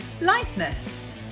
lightness